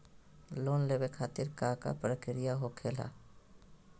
Loan लेवे खातिर का का प्रक्रिया होखेला?